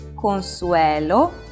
Consuelo